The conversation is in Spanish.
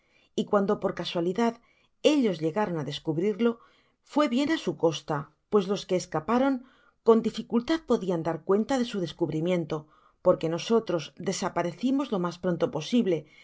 y cuando por casualidad ellos llegaron á descubrirlo fué bien á su costa pues los que escaparon con dificultad podian dar cuenta de su descubrimiento porque nosotros desaparecimos lo mas pronto posible